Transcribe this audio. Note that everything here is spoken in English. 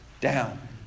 down